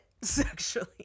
sexually